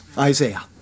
Isaiah